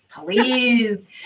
please